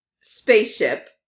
spaceship